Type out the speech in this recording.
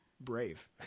Brave